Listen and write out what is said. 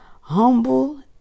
humble